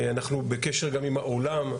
אנחנו בקשר גם עם העולם,